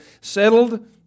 settled